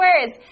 words